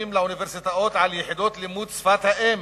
לאוניברסיטאות על יחידות לימוד שפת האם.